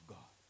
God